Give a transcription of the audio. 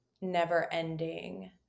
never-ending